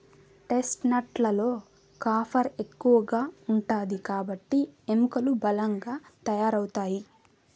chestnut లలో copper ఎక్కువ ఉంటాది కాబట్టి ఎముకలు బలంగా తయారవుతాయి